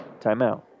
timeout